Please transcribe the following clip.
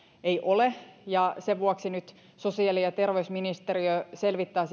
ei ole ja sen vuoksi nyt sosiaali ja ja terveysministeriö selvittää